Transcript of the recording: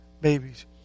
babies